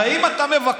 הרי אם אתה מבקש,